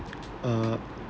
uh